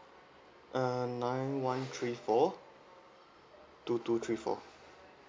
uh nine one three four two two three four